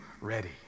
ready